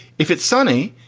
if it's sunny,